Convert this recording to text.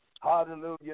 Hallelujah